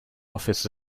office